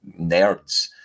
nerds